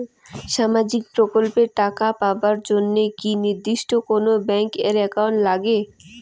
সামাজিক প্রকল্পের টাকা পাবার জন্যে কি নির্দিষ্ট কোনো ব্যাংক এর একাউন্ট লাগে?